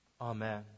Amen